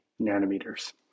nanometers